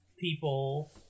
people